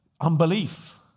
unbelief